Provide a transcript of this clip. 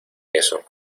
eso